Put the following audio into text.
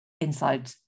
inside